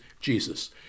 Jesus